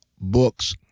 books